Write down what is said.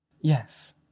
Yes